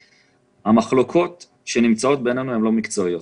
המחלוקת בינינו הן לא מקצועיות,